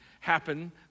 happen